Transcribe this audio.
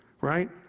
right